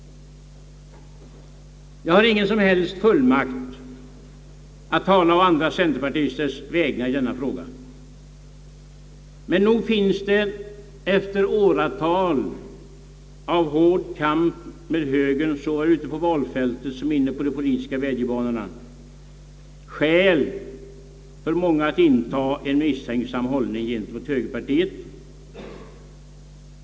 Jag har ingen som helst fullmakt att tala på andra centerpartisters vägnar i denna fråga, men nog finns det efter åratal av hård kamp med högern såväl ute på valfältet som inne på de poli tiska vädjobanorna skäl för många att inta en misstänksam hållning gentemot högerpartiet.